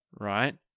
right